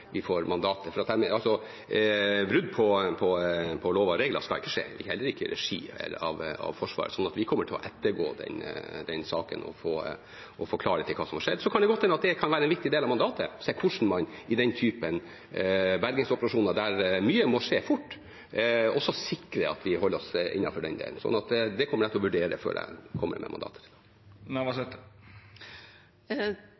vi får mandatet, for brudd på lover og regler skal ikke skje, heller ikke i regi av Forsvaret. Så vi kommer til å ettergå den saken og få klarhet i hva som har skjedd. Så kan det godt hende at det kan være en viktig del av mandatet å se hvordan man i den typen bergingsoperasjoner der mye må skje fort, også sikrer at vi holder oss innenfor den delen. Så det kommer jeg til å vurdere før jeg kommer med mandatet.